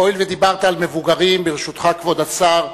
הואיל ודיברת על מבוגרים, ברשותך, כבוד השר,